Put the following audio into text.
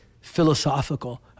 philosophical